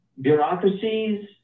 bureaucracies